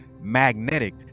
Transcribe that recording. magnetic